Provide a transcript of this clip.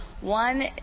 One